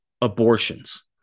Abortions